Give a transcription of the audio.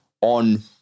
on